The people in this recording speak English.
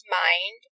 mind